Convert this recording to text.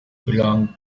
belong